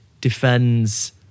defends